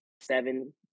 seven